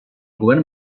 govern